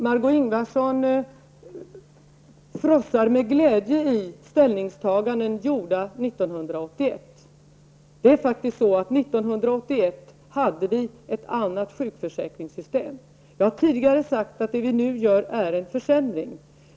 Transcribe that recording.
Margó Ingvardsson frossar med glädje i ställningstaganden gjorda 1981. Det är faktiskt så, att vi 1981 hade ett annat sjukförsäkringssystem. Jag har tidigare sagt att det vi nu gör är en försämring.